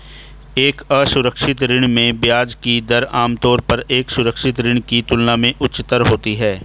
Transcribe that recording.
एक असुरक्षित ऋण में ब्याज की दर आमतौर पर एक सुरक्षित ऋण की तुलना में उच्चतर होती है?